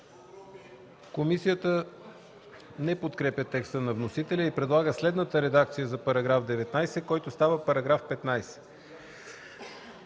Комисията не подкрепя текста на вносителя и предлага следната редакция за § 19, който става § 15: „§ 15.